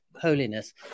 holiness